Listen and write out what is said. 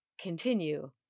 continue